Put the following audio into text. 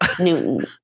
Newton